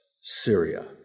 Syria